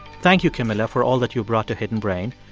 thank you, camila, for all that you've brought to hidden brain.